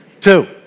Two